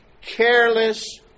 careless